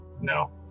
no